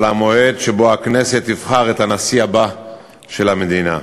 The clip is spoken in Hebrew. על המועד שבו הכנסת תבחר את הנשיא הבא של המדינה.